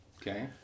Okay